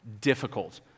difficult